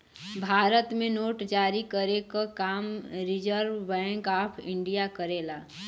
भारत में नोट जारी करे क काम रिज़र्व बैंक ऑफ़ इंडिया करेला